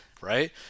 right